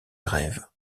grève